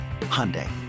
Hyundai